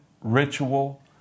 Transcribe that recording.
ritual